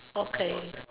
okay